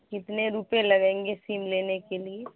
کتنے روپے لگیں گے سم لینے کے لیے